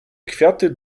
kwiaty